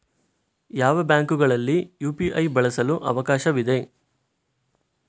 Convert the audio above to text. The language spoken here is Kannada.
ಯಾವ ಬ್ಯಾಂಕುಗಳಲ್ಲಿ ಯು.ಪಿ.ಐ ಬಳಸಲು ಅವಕಾಶವಿದೆ?